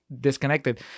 disconnected